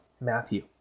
Matthew